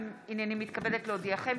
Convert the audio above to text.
הינני מתכבדת להודיעכם,